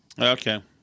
Okay